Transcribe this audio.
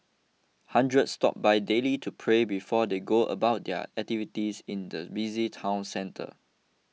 hundreds stop by daily to pray before they go about their activities in the busy town centre